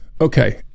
Okay